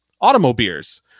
automobiles